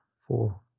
Four